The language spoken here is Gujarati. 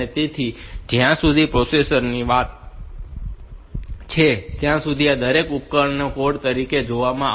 તેથી જ્યાં સુધી પ્રોસેસર ની વાત છે ત્યાં સુધી આ દરેક ઉપકરણોને કોડ તરીકે જોવામાં આવે છે